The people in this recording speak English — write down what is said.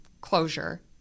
closure